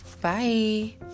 bye